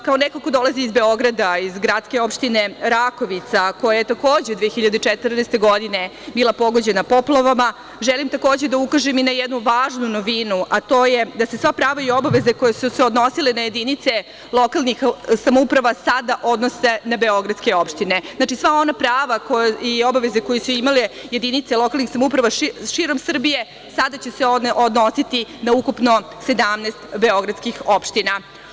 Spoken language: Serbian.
Kao neko ko dolazi iz Beograda, iz gradske opštine Rakovica, koja je, takođe, 2014. godine bila pogođena poplavama, želim takođe da ukažem i na jednu važnu novinu, a to je da se sva prava i obaveze koje su se odnosile na jedinice lokalnih samouprava sada odnose na beogradske opštine, znači, sva ona prava i obaveze koje su imale jedinice lokalnih samouprava širom Srbije, sada će se one odnositi na ukupno 17 beogradskih opština.